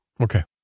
Okay